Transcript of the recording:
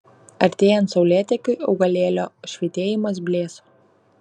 artėjant saulėtekiui augalėlio švytėjimas blėso